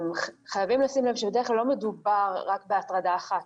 חייבים לשים לב שבדרך כלל לא מדובר רק בהטרדה אחת,